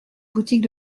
boutique